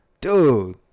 Dude